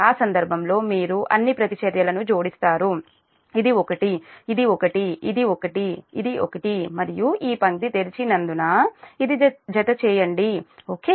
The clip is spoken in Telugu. ఆ సందర్భంలో మీరు అన్ని ప్రతిచర్యలను జోడిస్తారు ఇది ఒకటి ఇది ఒకటి ఇది ఒకటి ఇది ఒకటి మరియు ఈ పంక్తి తెరిచి నందున ఇది జతచేయండి ఓకే